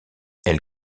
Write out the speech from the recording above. elle